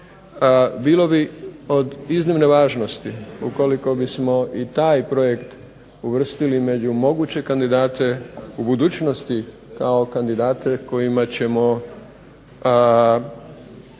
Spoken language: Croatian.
Bilo bi od iznimne važnosti ukoliko bismo i taj projekt uvrstili među moguće kandidate u budućnosti kao kandidate kojima ćemo postići